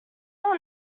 not